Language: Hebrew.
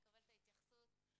נקבל את ההתייחסות ונהיה שמחים.